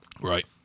Right